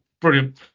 brilliant